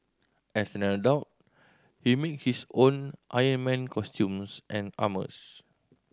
as an adult he make his own Iron Man costumes and armours